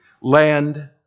Land